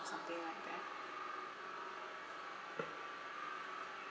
something like that